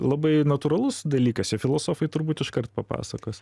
labai natūralus dalykas ir filosofai turbūt iškart papasakos